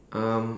um